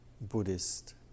Buddhist